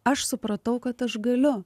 aš supratau kad aš galiu